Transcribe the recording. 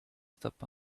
stop